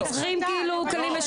אז אנחנו צריכים כלים משולבים.